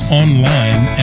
online